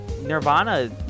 Nirvana